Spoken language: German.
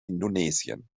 indonesien